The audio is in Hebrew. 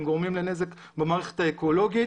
הם גורמים לנזק במערכת האקולוגית,